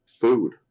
food